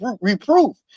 reproof